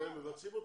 ומבצעי אותן?